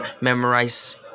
memorize